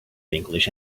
english